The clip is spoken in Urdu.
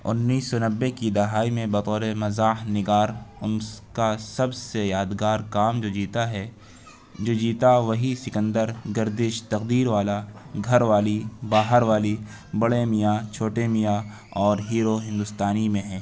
انیس سو نبے کی دہائی میں بطور مزاح نگار ان کا سب سے یادگار کام جو جیتا ہے جو جیتا وہی سکندر گردش تقدیر والا گھر والی باہر والی بڑے میاں چھوٹے میاں اور ہیرو ہندوستانی میں ہے